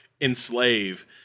enslave